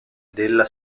della